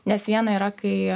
nes viena yra kai